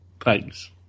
Thanks